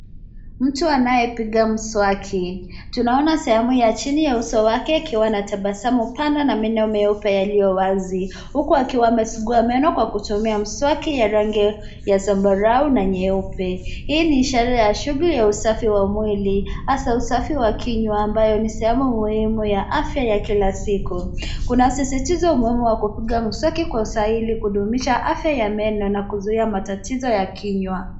Mtu anaye piga mswaki, tuna ona sehemu ya chini ya uso wake ukiwa na tabasamu pana na meno meupe yalio wazi huku akiwa amesugua meno kwa kutumia mswaki ya rangi ya zambarau na nyeupe. Hii ni ishara ya shughuli ya usafi wa mwili hasa usafi wa kinyua ambayo ni sehemu muhimu ya afya ya kila siku. Kuna sisitizo muhimu wa kupiga mswaki kwa ustahili ya kudumisha afya ya meno na kuzuia matatizo ya kinyua.